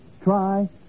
try